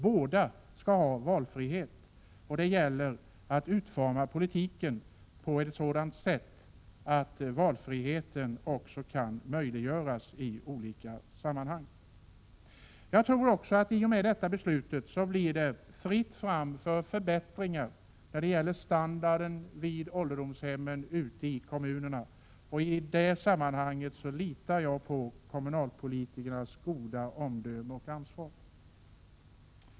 Båda kategorierna skall ha valfrihet, och det gäller att utforma politiken på ett sådant sätt att valfriheten också kan möjliggöras. I och med detta beslut tror jag också att det blir fritt fram för förbättringar av standarden på ålderdomshemmen ute i kommunerna. I det sammanhanget litar jag på kommunalpolitikernas goda omdöme och ansvar.